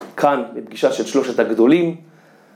כאן בפגישה של שלושת הגדולים.